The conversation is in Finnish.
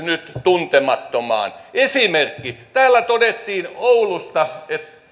tuntemattomaan esimerkki täällä todettiin oulusta että